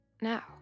Now